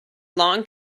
long